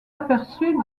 aperçu